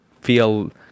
feel